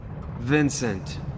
Vincent